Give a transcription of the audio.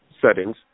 settings